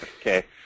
Okay